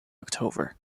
october